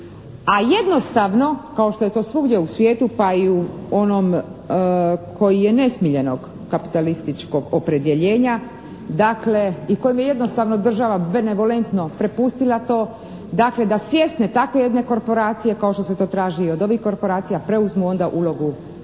a jednostavno kao što je to svugdje u svijetu pa i u onom koji je nesmiljenog kapitalističkog opredjeljenja dakle u kojem je jednostavno država benevolentno prepustila to, dakle da svjesne takve jedne korporacije kao što se to traži i od ovih korporacija preuzmu onda ulogu